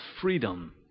freedom